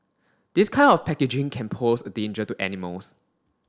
this kind of packaging can pose a danger to animals